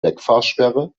wegfahrsperre